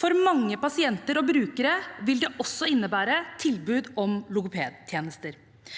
For mange pasienter og brukere vil det også innebære tilbud om logopedtjenester.